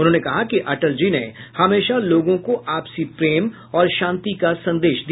उन्होंने कहा कि अटल जी ने हमेशा लोगों को आपसी प्रेम और शांति का संदेश दिया